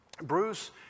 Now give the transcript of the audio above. Bruce